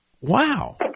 wow